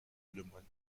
lemoine